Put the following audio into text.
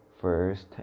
first